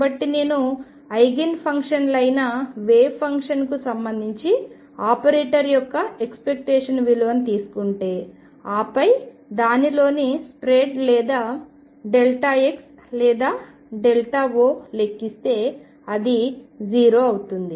కాబట్టి నేను ఐగెన్ ఫంక్షన్లు అయిన వేవ్ ఫంక్షన్కు సంబంధించి ఆపరేటర్ యొక్క ఎక్స్పెక్టేషన్ విలువను తీసుకుంటే ఆపై దానిలోని స్ప్రెడ్ లేదా xలేదా O లెక్కిస్తే అది 0 అవుతుంది